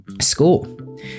school